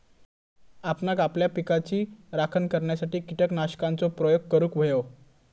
आपणांक आपल्या पिकाची राखण करण्यासाठी कीटकनाशकांचो प्रयोग करूंक व्हयो